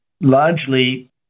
largely